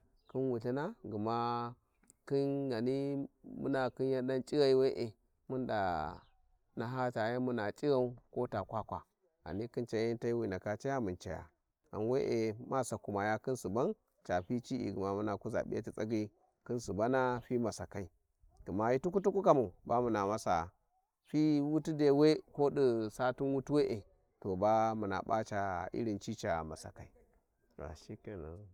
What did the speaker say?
khin wulthina gma khin-ghani muna khin yan dan cighi we`e mun da naha ta yan muna cighau ko ta kwakwa ghani khin cai yan tanyiyi wi ndaka Caya mun Caya ghan we`e ma Sakumaya khin Suban Ca ficri gma muna kuza piyati tsagai khin subaia fi-masakai gma hi tukwu- tukwu kamu ba muna masaa fi wuti dai we ko di satin wuti we`e to bamuna p`a ca irin ci ca masakai to shikenan.